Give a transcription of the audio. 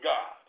God